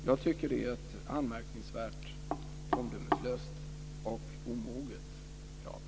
Jag tycker att det är ett anmärkningsvärt, omdömeslöst och omoget krav.